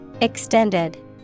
Extended